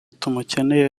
tumukeneye